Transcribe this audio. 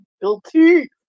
guilty